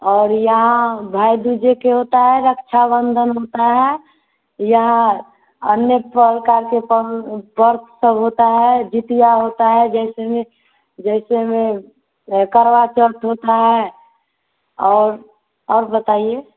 और यहाँ भाई दूजे के होता है रक्षा बंधन होता है यहाँ अन्य प्रकार के पर्व पर्व सब होता है जीतिया होता है जैसे में जैसे में करवा चौथ होता है और और बताइए